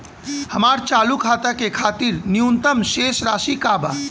हमार चालू खाता के खातिर न्यूनतम शेष राशि का बा?